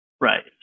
Right